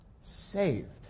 Saved